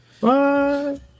Bye